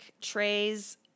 trays